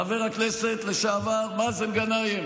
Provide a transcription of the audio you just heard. חבר הכנסת לשעבר מאזן גנאים